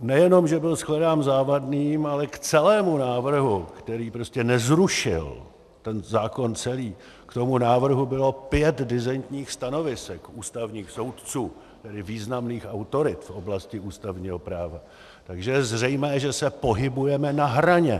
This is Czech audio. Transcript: Nejenom že byl shledán závadným, ale k celému návrhu, který prostě nezrušil ten zákon celý, k tomu návrhu bylo pět disentních stanovisek ústavních soudců, tedy významných autorit v oblasti ústavního práva, takže je zřejmé, že se pohybujeme na hraně.